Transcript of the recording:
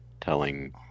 telling